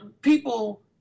people